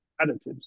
additives